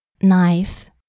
knife